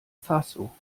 faso